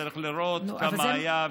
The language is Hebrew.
צריך לראות כמה היה,